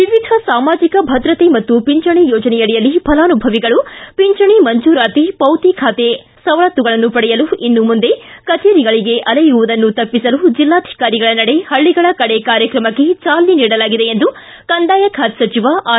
ವಿವಿಧ ಸಾಮಾಜಿಕ ಭದ್ರತೆ ಮತ್ತು ಪಿಂಚಣಿ ಯೋಜನೆಯಡಿಯಲ್ಲಿ ಫಲಾನುಭವಿಗಳು ಪಿಂಚಣಿ ಮಂಜೂರಾತಿ ಪೌತಿ ಖಾತೆ ಸವಲತ್ನುಗಳನ್ನು ಪಡೆಯಲು ಇನ್ನು ಮುಂದೆ ಕಚೇರಿಗಳಿಗೆ ಅಲೆಯುವುದನ್ನು ತಪ್ಪಿಸಲು ಜಿಲ್ಲಾಧಿಕಾರಿಗಳ ನಡೆ ಹಳ್ಳಗಳ ಕಡೆ ಕಾರ್ಯತ್ರಮಕ್ಕೆ ಚಾಲನೆ ನೀಡಲಾಗಿದೆ ಎಂದು ಕಂದಾಯ ಖಾತೆ ಸಚಿವ ಆರ್